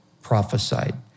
prophesied